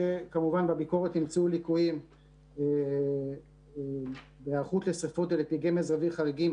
כמובן בביקורת נמצאו ליקויים בהיערכות לשרפות ולפגעי מזג אוויר חריגים,